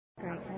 great